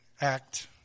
act